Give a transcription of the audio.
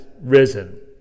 risen